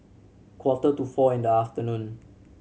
quarter to four in the afternoon